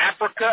Africa